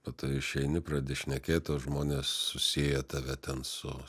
o tu išeini pradedi šnekėt o žmonės susieja tave ten su